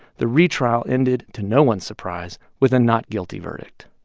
the retrial ended to no one's surprise with a not guilty verdict